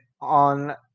on